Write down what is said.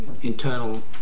internal